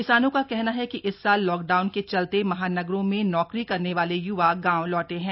किसानों का कहना है कि इस साल लॉकडाउन के चलते महानगरों में नौकरी करने वाले य्वा गांव लौटे हैं